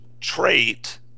trait